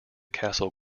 castle